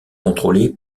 contrôlé